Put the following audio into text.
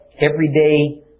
everyday